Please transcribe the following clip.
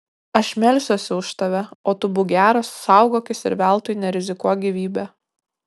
aš melsiuosi už tave o tu būk geras saugokis ir veltui nerizikuok gyvybe